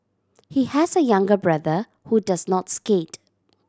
he has a younger brother who does not skate